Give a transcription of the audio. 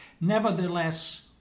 Nevertheless